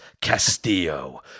Castillo